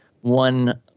one